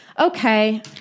Okay